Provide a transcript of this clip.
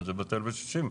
אז זה בטל בשישים.